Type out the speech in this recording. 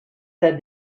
said